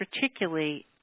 particularly